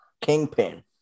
Kingpin